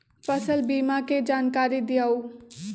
फसल बीमा के जानकारी दिअऊ?